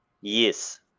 Yes